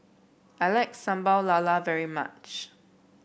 I like Sambal Lala very much